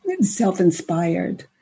self-inspired